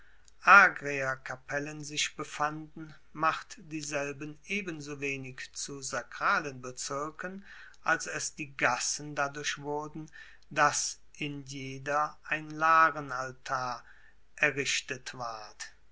argeerkapellen sich befanden macht dieselben ebensowenig zu sakralen bezirken als es die gassen dadurch wurden dass in jeder ein larenaltar errichtet ward